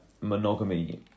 monogamy